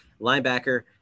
linebacker